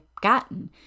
gotten